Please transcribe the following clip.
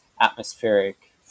atmospheric